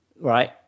right